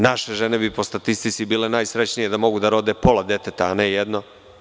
Naše žene bi po statistici bile najsrećnije da mogu da rode pola deteta, a ne jedno.